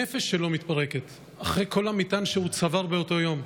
הנפש שלו מתפרקת אחרי כל המטען שהוא צבר באותו יום.